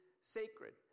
sacred